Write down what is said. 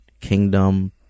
kingdom